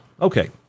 Okay